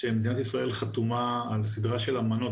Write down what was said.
מדינת ישראל חתומה על סדרה של אמנות